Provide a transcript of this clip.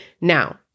Now